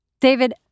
David